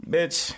Bitch